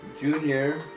Junior